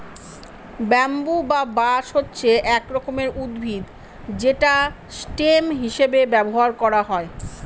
bamboo বা বাঁশ হচ্ছে এক রকমের উদ্ভিদ যেটা স্টেম হিসেবে ব্যবহার করা হয়